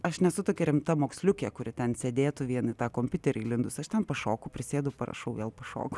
aš nesu tokia rimta moksliukė kuri ten sėdėtų vien į tą kompiuterį įlindus aš ten pašoku prisėdu parašau vėl pašoku